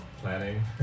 planning